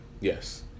Yes